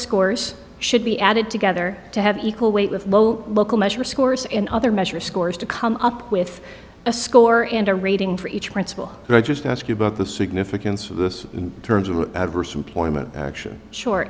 scores should be added together to have equal weight with scores and other measures scores to come up with a score and a rating for each principal and i just ask you about the significance of this in terms of adverse employment action short